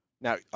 Now